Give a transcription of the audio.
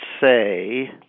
say